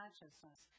consciousness